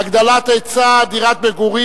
(הגדלת ההיצע של דירות מגורים,